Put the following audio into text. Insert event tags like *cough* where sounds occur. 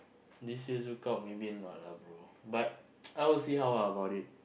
this year ZoukOut maybe not lah bro but *noise* I will see how ah about it